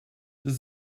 does